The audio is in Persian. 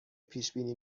پیشبینی